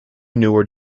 newer